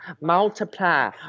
multiply